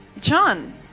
John